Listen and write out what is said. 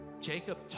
Jacob